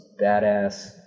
badass